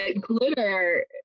glitter